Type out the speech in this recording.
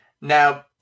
Now